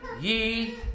ye